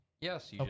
Yes